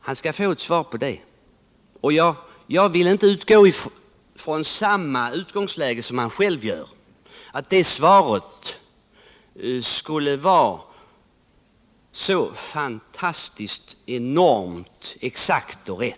Han skall få ett svar på det, men jag vill inte, som han gör, utgå ifrån att det skulle vara så enormt exakt och riktigt.